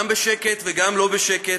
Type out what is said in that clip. גם בשקט וגם לא בשקט.